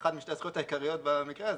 אחת משתי הזכויות העיקריות במקרה הזה,